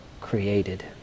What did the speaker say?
created